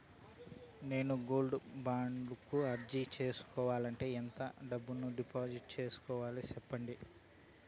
నేను gold bond కు అర్జీ సేసుకోవాలంటే ఎంత డబ్బును డిపాజిట్లు సేసుకోవాలి సెప్పండి